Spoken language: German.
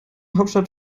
hauptstadt